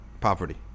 poverty